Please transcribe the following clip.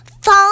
phone